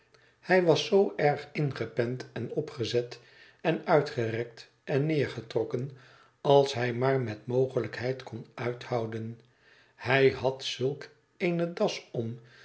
hij was zoo erg ingepend en opgezet en uitgerekt en neergetrokken als hij maar met mogelijkheid kon uithouden hij had zulk eene das om